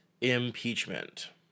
impeachment